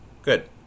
Good